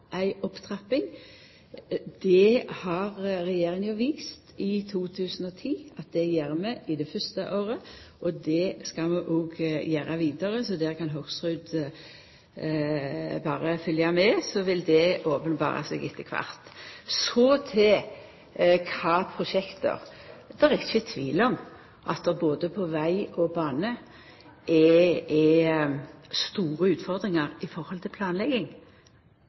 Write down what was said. ei opptrapping i planen. Regjeringa har i 2010 vist at vi gjer det i det fyrste året, og vi skal òg gjera det vidare. Så Hoksrud kan berre følgja med, og så vil det openberre seg etter kvart. Så til kva for prosjekt: Det er ikkje tvil om at det både på veg og på bane er store utfordringar når det gjeld planlegging.